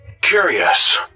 Curious